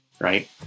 Right